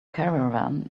caravan